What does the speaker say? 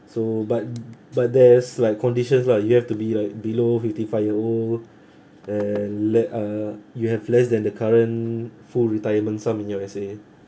so but but there's like conditions lah you have to be like below fifty five year old and le~ uh you have less than the current full retirement sum in your S_A